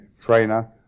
trainer